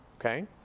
Okay